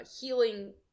healing